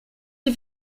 die